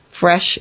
fresh